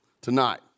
Tonight